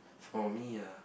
for me ah